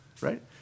right